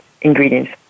ingredients